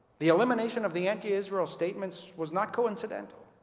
the elimination of the anti-israel statements was not coincidental.